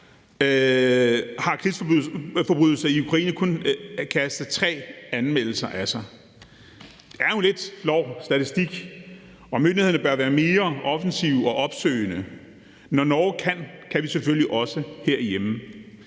har krigsforbrydelser i Ukraine kun kastet tre anmeldelser af sig. Det er jo en lidt flov statistik, og myndighederne bør være mere offensive og opsøgende. Når Norge kan, kan vi selvfølgelig også herhjemme.